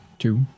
Two